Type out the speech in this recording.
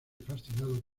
fascinado